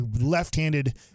left-handed